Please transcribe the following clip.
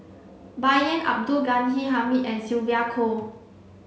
Bai Yan Abdul Ghani Hamid and Sylvia Kho